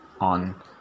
on